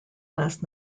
last